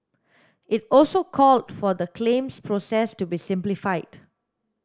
it also called for the claims process to be simplified